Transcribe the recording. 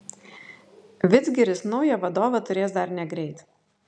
vidzgiris naują vadovą turės dar negreit